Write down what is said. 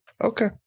Okay